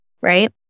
right